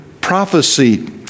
prophecy